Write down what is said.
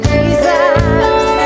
Jesus